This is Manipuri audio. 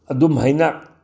ꯑꯗꯨꯝ ꯍꯥꯏꯅ